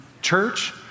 Church